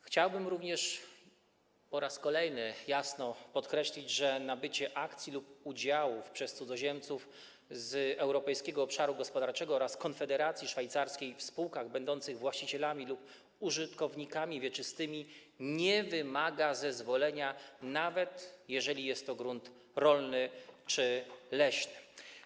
Chciałbym również po raz kolejny jasno podkreślić, że nabycie akcji lub udziałów przez cudzoziemców z Europejskiego Obszaru Gospodarczego oraz Konfederacji Szwajcarskiej w spółkach będących właścicielami lub użytkownikami wieczystymi nie wymaga zezwolenia, nawet jeżeli jest to grunt rolny czy leśny.